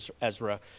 Ezra